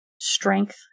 strength